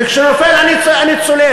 וכשהוא נופל אני צולל.